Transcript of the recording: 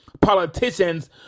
politicians